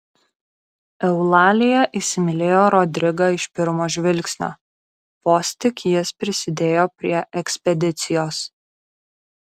eulalija įsimylėjo rodrigą iš pirmo žvilgsnio vos tik jis prisidėjo prie ekspedicijos